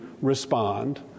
respond